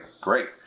great